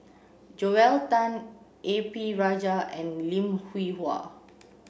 Joel Tan A P Rajah and Lim Hwee Hua